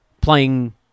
playing